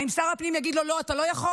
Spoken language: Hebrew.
האם שר הפנים יגיד לו: לא, אתה לא יכול?